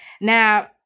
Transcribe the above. now